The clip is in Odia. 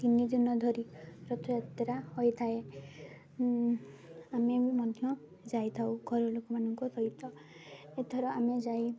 ତିନି ଦିନ ଧରି ରଥଯାତ୍ରା ହୋଇଥାଏ ଆମେ ବି ମଧ୍ୟ ଯାଇଥାଉ ଘରୋଇ ଲୋକମାନଙ୍କ ସହିତ ଏଥର ଆମେ ଯାଇ